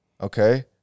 Okay